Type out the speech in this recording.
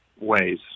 ways